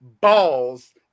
balls